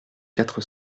quatre